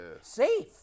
safe